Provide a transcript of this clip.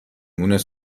مونس